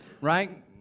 right